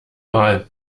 mal